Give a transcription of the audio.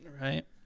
Right